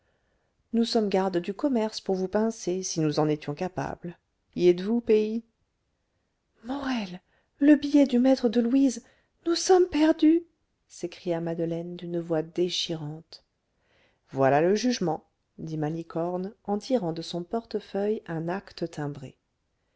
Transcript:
nous sommes gardes du commerce pour vous pincer si nous en étions capables y êtes-vous pays morel le billet du maître de louise nous sommes perdus s'écria madeleine d'une voix déchirante voilà le jugement dit malicorne en tirant de son portefeuille un acte timbré